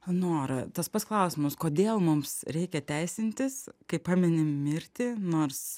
nora tas pats klausimas kodėl mums reikia teisintis kai pamini mirtį nors